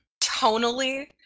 Tonally